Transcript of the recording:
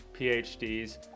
phds